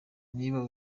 niba